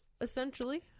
essentially